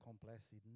complexity